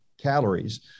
calories